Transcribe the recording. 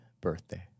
birthday